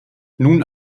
nun